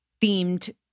themed